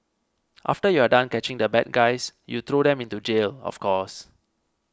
after you are done catching the bad guys you throw them into jail of course